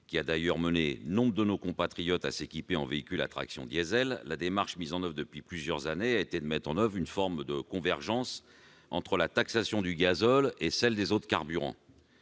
qui a d'ailleurs mené nombre de nos compatriotes à s'équiper en véhicule à traction diesel, la démarche mise en oeuvre depuis plusieurs années a été de mettre en place une forme de « convergence » entre la taxation du gazole et celle des autres carburants.